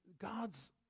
God's